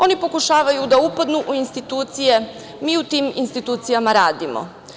Oni pokušavaju da upadnu u institucije, mi u tim institucijama radimo.